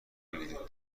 بگیرید